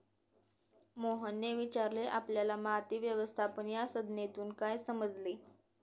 मोहनने विचारले आपल्याला माती व्यवस्थापन या संज्ञेतून काय समजले?